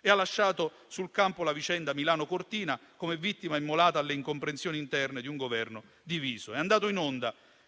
e ha lasciato sul campo la vicenda Milano-Cortina come vittima immolata alle incomprensioni interne di un Governo diviso. È andato in onda